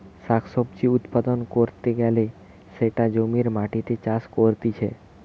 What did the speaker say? শাক সবজি উৎপাদন ক্যরতে গ্যালে সেটা জমির মাটিতে চাষ করতিছে